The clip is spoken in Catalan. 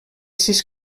sis